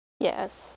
Yes